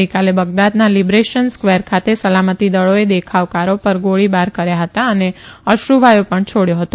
ગઇકાલે બગદાદના Liberation Square ખાતે સલામતી દળોએ દેખાવકારો પર ગોળીબાર કર્યા હતા અને અશ્રુવાયુ પણ છોડયો હતો